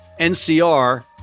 NCR